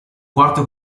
quarto